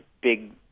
big